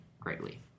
greatly